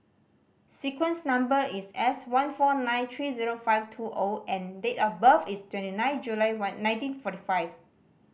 sequence number is S one four nine three zero five two O and date of birth is twenty nine July one nineteen forty five